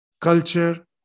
culture